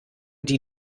die